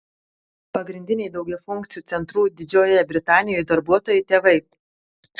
pagrindiniai daugiafunkcių centrų didžiojoje britanijoje darbuotojai tėvai